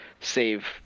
save